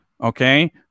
okay